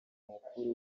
mukuru